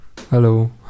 Hello